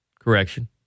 correction